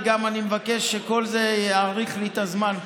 וגם אני מבקש שכל זה יאריך לי את הזמן פה,